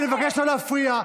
אני מבקש לא להפריע.